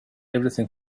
everything